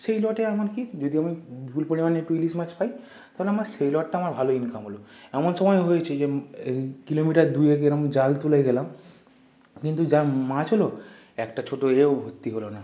সেই লটে আমার কী যদি আমি ভুল পরিমাণে একটু ইলিশ মাছ পাই তাহলে আমার সেই লটটা আমার ভালো ইনকাম হল এমন সময় হয়েছে যে কিলোমিটার দু এক এরম জাল তুলে গেলাম কিন্তু যা মাছ হল একটা ছোট এও ভর্তি হল না